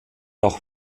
auch